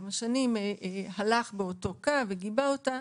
כמה שנים הלך באותו קו וגיבה אותה.